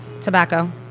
tobacco